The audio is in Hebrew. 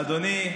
אדוני,